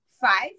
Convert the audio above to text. five